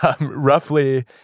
Roughly